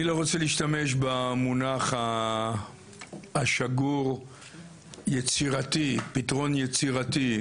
אני לא רוצה להשתמש במונח השגור פתרון יצירתי,